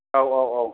औ औ औ